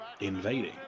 invading